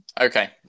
Okay